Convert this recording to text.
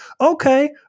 Okay